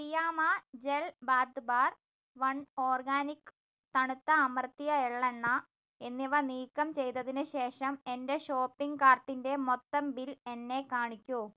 Fiama gel bath bar one organic തണുത്ത അമർത്തിയ എള്ളെണ്ണ എന്നിവ നീക്കം ചെയ്തതിന് ശേഷം എന്റെ ഷോപ്പിംഗ് കാർട്ടിന്റെ മൊത്തം ബിൽ എന്നെ കാണിക്കൂ